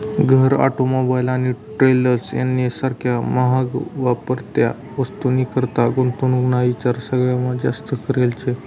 घर, ऑटोमोबाईल आणि ट्रेलर्स यानी सारख्या म्हाग्या वापरत्या वस्तूनीकरता गुंतवणूक ना ईचार सगळास्मा जास्त करेल शे